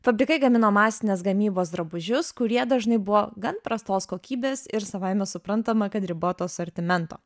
fabrikai gamino masinės gamybos drabužius kurie dažnai buvo gan prastos kokybės ir savaime suprantama kad riboto asortimento